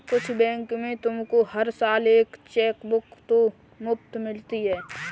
कुछ बैंक में तुमको हर साल एक चेकबुक तो मुफ़्त मिलती है